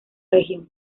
región